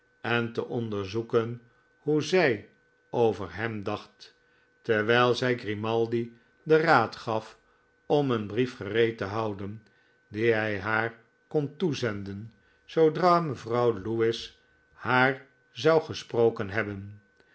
en te onderzoeken hoe zij over hem dacht terwijl zij grimaldi den raad gaf om een brief gereed te houden dien hij haar kon toezenden zoodra mevrouw lewis haar zou gesproken hebben